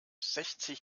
sechzig